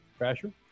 Crasher